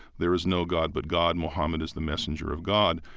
there is no god but god muhammad is the messenger of god.